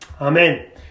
Amen